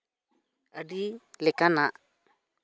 ᱟᱹᱰᱤ ᱞᱮᱠᱟᱱᱟᱜ